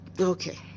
okay